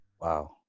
Wow